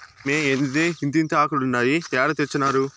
ఏమ్మే, ఏందిదే ఇంతింతాకులుండాయి ఏడ తెచ్చినారు